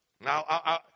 Now